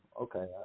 Okay